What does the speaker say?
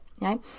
right